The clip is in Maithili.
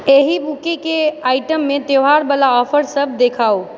एहि बूकेके आइटममे त्यौहारबला ऑफर सभ देखाउ